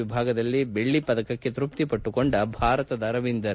ವಿಭಾಗದಲ್ಲಿ ಬೆಳ್ಳಿ ಪದಕಕ್ಕೆ ತೃಪ್ತಿಪಟ್ಟುಕೊಂಡ ಭಾರತದ ರವೀಂದರ್